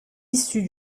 issu